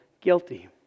guilty